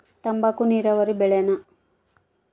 ತಂಬಾಕು ನೇರಾವರಿ ಬೆಳೆನಾ?